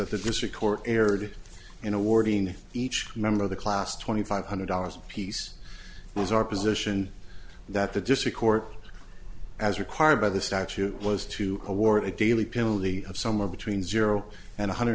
the district court erred in awarding each member of the class twenty five hundred dollars apiece was our position that the district court as required by the statute was to award a daily penalty of somewhere between zero and one hundred